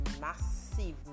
massive